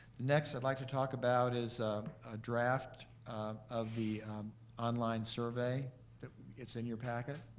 next i'd like to talk about is a draft of the on-line survey it's in your packet.